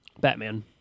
Batman